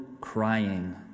crying